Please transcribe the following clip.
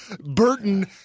Burton